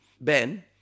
Ben